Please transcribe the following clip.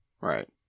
Right